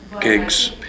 gigs